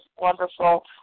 wonderful